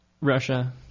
Russia